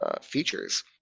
features